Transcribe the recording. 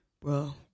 Bro